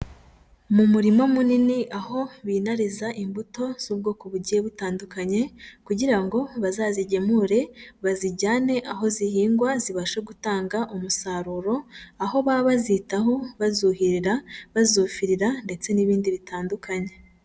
Mu murima munini aho binariza imbuto z'ubwoko bugiye butandukanye kugira ngo bazazigemure, bazijyane aho zihingwa zibashe gutanga umusaruro, aho baba bazitaho bazuhirira, bazufirira ndetse n'ibindi bitandukanye.